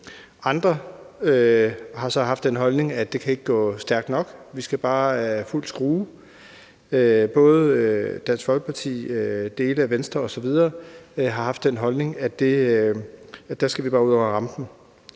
Andre har så haft den holdning, at det ikke kan gå stærkt nok; vi skal bare give den fuld skrue. Både Dansk Folkeparti og dele af Venstre osv. har haft den holdning, at vi dér bare skal ud over rampen.